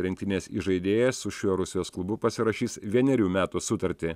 rinktinės įžaidėjas su šiuo rusijos klubu pasirašys vienerių metų sutartį